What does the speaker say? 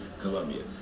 Colombia